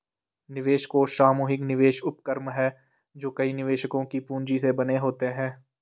निवेश कोष सामूहिक निवेश उपक्रम हैं जो कई निवेशकों की पूंजी से बने होते हैं